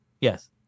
Yes